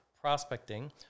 prospecting